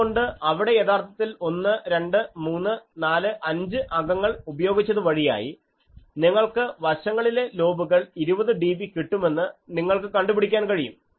അതുപോലെ അവിടെ യഥാർത്ഥത്തിൽ 1 2 3 4 5 അംഗങ്ങൾ ഉപയോഗിച്ചതു വഴിയായി നിങ്ങൾക്ക് വശങ്ങളിലെ ലോബുകൾ 20dB കിട്ടുമെന്ന് നിങ്ങൾക്ക് കണ്ടു പിടിക്കാൻ കഴിയും